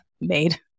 made